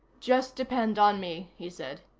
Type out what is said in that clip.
just depend on me, he said.